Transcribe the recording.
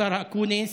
השר אקוניס,